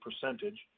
percentage